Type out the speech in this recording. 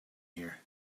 here